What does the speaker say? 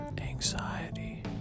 anxiety